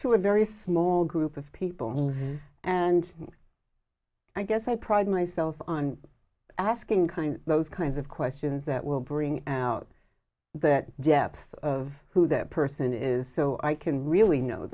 to a very small group of people and i guess i pride myself on asking kind those kinds of questions that will bring out that depth of who that person is so i can really know